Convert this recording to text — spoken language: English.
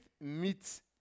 meets